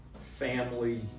family